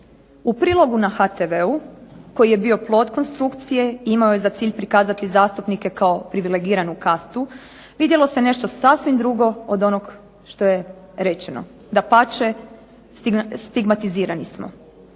U prilogu na HTV-u koji je bio plod konstrukcije i imao je za cilj prikazati zastupnike kao privilegiranu kastu, vidjelo se sasvim nešto drugo od onog što je rečeno, dapače stigmatizirani smo.